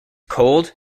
cold